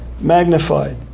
magnified